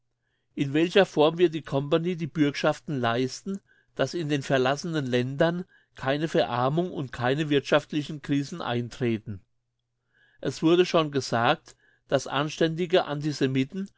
in welcher form wird die company die bürgschaften leisten dass in den verlassenen ländern keine verarmung und keine wirthschaftlichen krisen eintreten es wurde schon gesagt dass anständige antisemiten